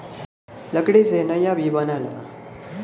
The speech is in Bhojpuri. लकड़ी से नइया भी बनला